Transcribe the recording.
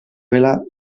vela